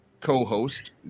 co-host